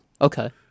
Okay